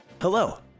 Hello